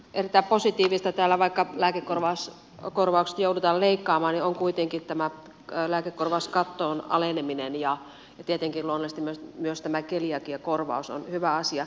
erittäin positiivista täällä vaikka lääkekorvauksista joudutaan leikkaamaan on kuitenkin tämä lääkekorvauskaton aleneminen ja tietenkin luonnollisesti myös tämä keliakiakorvaus on hyvä asia